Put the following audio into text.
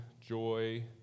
joy